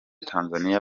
tanzania